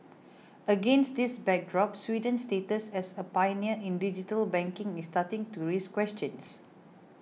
against this backdrop Sweden's status as a pioneer in digital banking is starting to raise questions